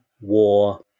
war